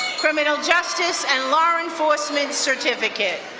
criminal justice and law enforcement certificate.